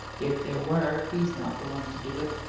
if there were, he's not the one to do it.